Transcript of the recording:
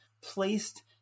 placed